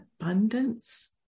abundance